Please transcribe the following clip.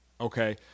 okay